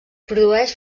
produeix